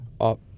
up